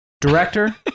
Director